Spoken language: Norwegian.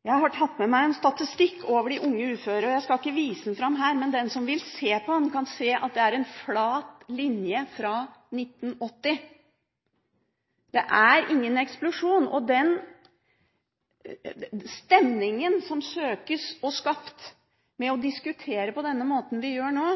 Jeg har tatt med meg en statistikk over de unge uføre. Jeg skal ikke vise den fram her, men den som vil se på den, kan se at det er en flat linje fra 1980. Det er ingen eksplosjon, og den stemningen som søkes skapt ved å diskutere på den måten vi gjør nå,